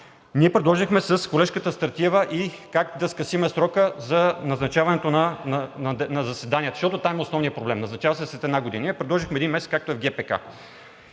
Ние предложихме с колежката Стратиева как да скъсим срока за назначаването на заседанията, защото там е основният проблем – назначават се след една година. Ние предложихме един месец както е в ГКП,